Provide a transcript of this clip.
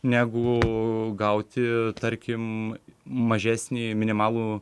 negu gauti tarkim mažesnį minimalų